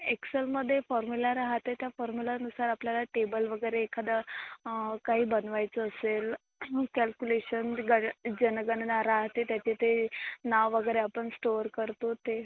एक्सलमध्ये formula राहते त्या फॉर्मुलानुसार आपल्याला टेबल वगैरे एखादं काही बनवायचं असेल कॅल्क्युलेशन रिगार जनगणना राहते त्याचे ते नाव वगैरे आपण स्टोर करतो ते